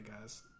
guys